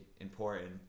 important